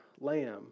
lamb